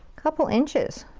couple inches